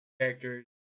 characters